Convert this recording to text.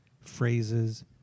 phrases